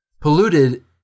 Polluted